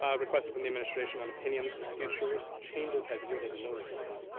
ah requested from the administration on opinions of futures changes has yielded no results.